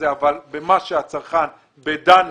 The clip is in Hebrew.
אבל במה שהצרכן דני,